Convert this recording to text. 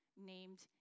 named